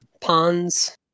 ponds